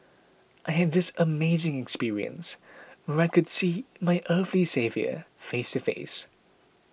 I had this amazing experience where I could see my earthly saviour face to face